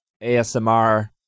asmr